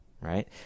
right